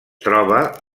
troba